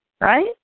Right